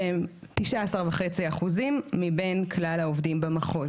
שהם 19.5% מבין כלל העובדים במחוז.